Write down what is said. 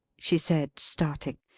she said, starting.